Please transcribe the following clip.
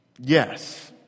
Yes